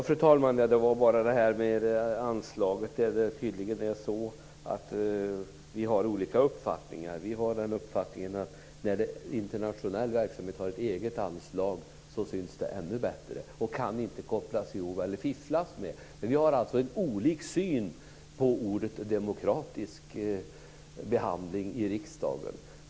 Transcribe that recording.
Fru talman! När det gäller anslaget är det tydligen så att vi har olika uppfattningar. Vi för vår del har den uppfattningen att när en internationell verksamhet har ett eget anslag syns det ännu bättre, och det kan då inte fifflas med det. Vi har olika syn på begreppet demokratisk behandling i riksdagen.